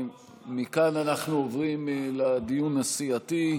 מכאן אנחנו עוברים לדיון הסיעתי.